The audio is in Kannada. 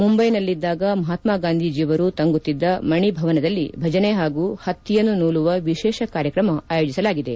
ಮುಂಬೈನಲ್ಲಿದ್ದಾಗ ಮಹಾತ್ಮ ಗಾಂಧೀಜಿಯವರು ತಂಗುತ್ತಿದ್ದ ಮಣಿಭವನದಲ್ಲಿ ಭಜನೆ ಹಾಗೂ ಹತ್ತಿಯನ್ನು ನೂಲುವ ವಿಶೇಷ ಕಾರ್ಯಕ್ರಮ ಆಯೋಜಿಸಲಾಗಿದೆ